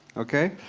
okay?